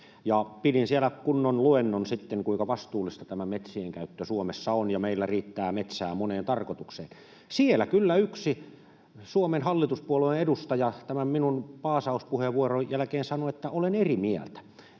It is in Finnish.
pidin siellä kunnon luennon sitten siitä, kuinka vastuullista tämä metsien käyttö Suomessa on ja meillä riittää metsää moneen tarkoitukseen. Siellä kyllä yksi Suomen hallituspuolueen edustaja tämän minun paasauspuheenvuoroni jälkeen sanoi, että olen eri mieltä.